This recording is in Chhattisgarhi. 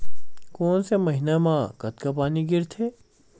कोन से महीना म कतका पानी गिरथे?